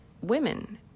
women